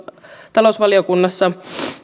talousvaliokunnassa